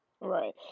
Right